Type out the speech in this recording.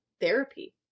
therapy